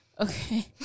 Okay